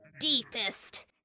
deepest